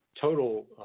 total